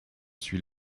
suis